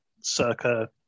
circa